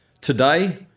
Today